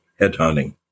headhunting